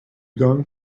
going